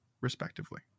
respectively